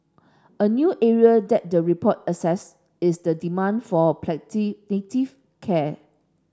a new area that the report assess is the demand for palliative care